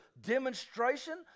demonstration